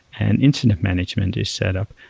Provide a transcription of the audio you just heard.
and internet management is set up,